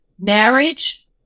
marriage